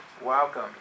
Welcome